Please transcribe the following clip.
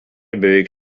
beveik